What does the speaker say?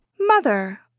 Mother